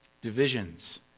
Divisions